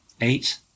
eight